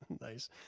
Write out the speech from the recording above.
Nice